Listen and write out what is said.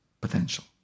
potential